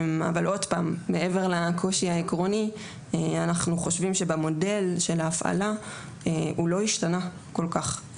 מעבר לקושי העקרוני אנחנו חושבים שבמודל של ההפעלה הוא לא השתנה כל כך.